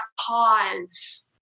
pause